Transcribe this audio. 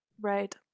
right